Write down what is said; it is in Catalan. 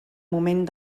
moment